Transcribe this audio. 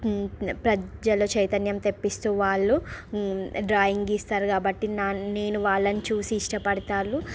ప్రజల చైతన్యం తెప్పిస్తూ వాళ్ళు డ్రాయింగ్ గీస్తారు కాబట్టి నాన్ నేను వాళ్ళను చూసి ఇష్టపడుతాను